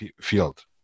field